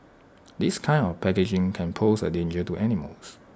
this kind of packaging can pose A danger to animals